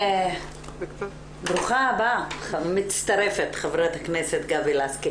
ברוכה המצטרפת ח"כ גבי לסקי.